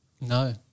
No